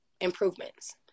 improvements